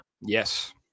yes